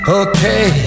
okay